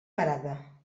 parada